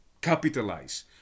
capitalize